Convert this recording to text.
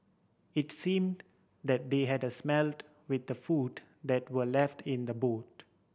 it seemed that they had smelt with the food that were left in the boot